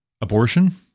abortion